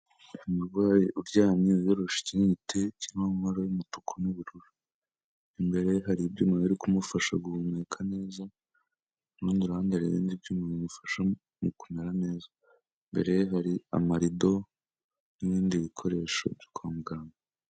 Umurwayi uryamye wiyoroshe ikiringiti kirimo amabara y'umutuku n'ubururu. Imbere ye hari ibyuma biri kumufasha guhumeka neza, ku rundi ruhande hari ibyuma bimufasha mu kumera neza. Imbere ye hari amarido n'ibindi bikoresho byo kwa muganga.